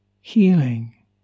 healing